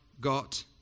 got